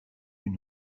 une